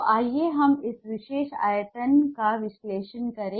तो आइए हम इस विशेष आयतन का विश्लेषण करें